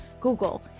Google